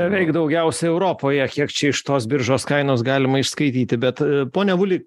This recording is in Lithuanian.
beveik daugiausiai europoje kiek čia iš tos biržos kainos galima išskaityti bet pone avuli